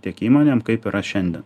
tiek įmonėm kaip yra šiandien